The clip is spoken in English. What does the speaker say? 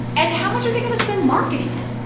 and how much are they going to spend marketing it?